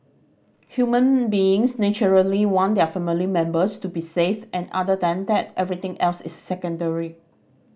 human beings naturally want their family members to be safe and other than that everything else is secondary